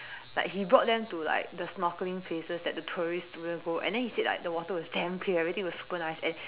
like he brought them to like the snorkeling places that the tourist student go and then he said that the water was damn clear everything was super nice and